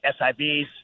SIVs